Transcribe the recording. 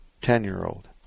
Ten-year-old